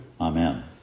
Amen